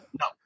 No